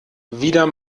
wieder